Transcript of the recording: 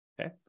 okay